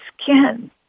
skin